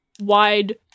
Wide